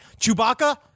Chewbacca